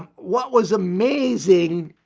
what was amazing